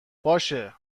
باشه